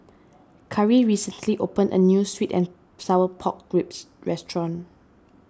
Cari recently opened a New Sweet and Sour Pork Ribs Restaurant